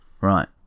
Right